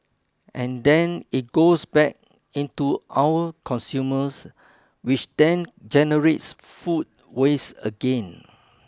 and then it goes back into our consumers which then generates food waste again